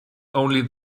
only